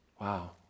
Wow